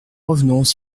revenons